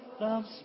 loves